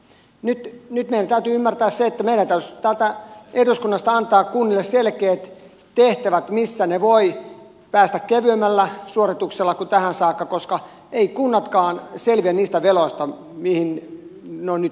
nyt meidän täytyy ymmärtää se että meidän täytyisi täältä eduskunnasta antaa kunnille selkeät tehtävät missä ne voivat päästä kevyemmällä suorituksella kuin tähän saakka koska eivät kunnatkaan selviä niistä veloista mihin ne ovat nyt joutuneet